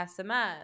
SMS